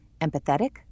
empathetic